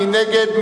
מי נגד?